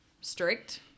strict